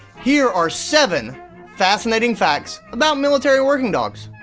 here are seven fascinating facts about military working dogs.